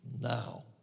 now